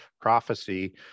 prophecy